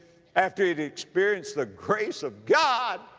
after he'd experienced the grace of god,